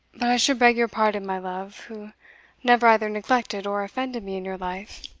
but i should beg your pardon, my love, who never either neglected or offended me in your life.